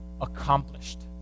accomplished